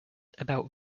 about